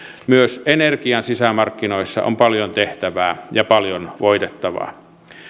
myös energian sisämarkkinoissa on paljon tehtävää ja paljon voitettavaa